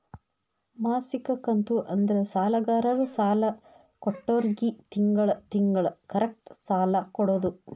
ಮಾಸಿಕ ಕಂತು ಅಂದ್ರ ಸಾಲಗಾರರು ಸಾಲ ಕೊಟ್ಟೋರ್ಗಿ ತಿಂಗಳ ತಿಂಗಳ ಕರೆಕ್ಟ್ ಸಾಲ ಕೊಡೋದ್